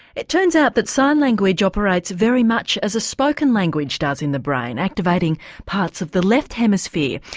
it turns out that sign language operates very much as a spoken language does in the brain, activating parts of the left hemisphere.